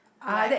like